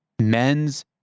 men's